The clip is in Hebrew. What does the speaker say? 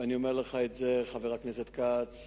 ואני אומר לך את זה, חבר הכנסת כץ,